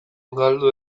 galdu